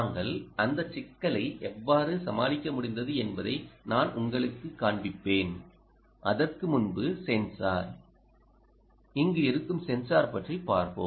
நாங்கள் அந்த சிக்கலை எவ்வாறு சமாளிக்க முடிந்தது என்பதை நான் உங்களுக்குக் காண்பிப்பேன் அதற்கு முன்பு சென்சார் இங்கு இருக்கும் சென்சார் பற்றி பார்ப்போம்